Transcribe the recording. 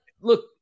look